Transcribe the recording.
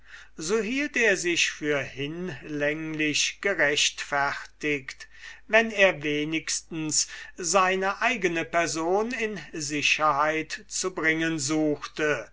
konnte glaubte er hinlänglich gerechtfertigt zu sein wenn er wenigstens seine eigene person in sicherheit zu bringen suchte